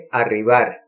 arribar